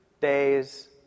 days